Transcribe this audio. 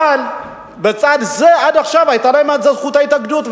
אבל בצד זה עד עכשיו היתה להם זכות ההתאגדות,